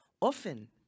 often